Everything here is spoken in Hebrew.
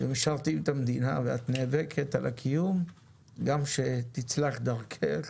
ומשרתים את המדינה ואת נאבקת על הקיום גם שתצלח דרכך